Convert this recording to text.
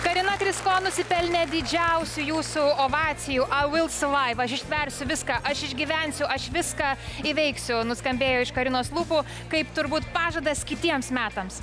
karina krysko nusipelnė didžiausių jūsų ovacijų ai vil sevaif ištversiu viską aš išgyvensiu aš viską įveiksiu nuskambėjo iš karinos lūpų kaip turbūt pažadas kitiems metams